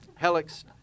Helix